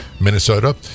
Minnesota